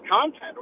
content